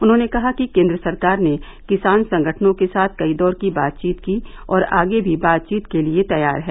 उन्होंने कहा कि केन्द्र सरकार ने किसान संगठनों के साथ कई दौर की बातचीत की और आगे भी बातचीत के लिये तैयार है